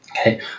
Okay